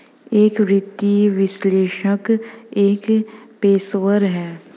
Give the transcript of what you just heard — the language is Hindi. एक वित्तीय विश्लेषक एक पेशेवर है